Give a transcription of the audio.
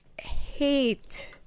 hate